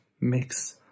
mix